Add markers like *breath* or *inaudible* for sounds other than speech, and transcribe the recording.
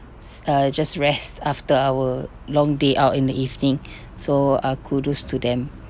s~ uh just rest after our long day out in the evening *breath* so uh kudos to them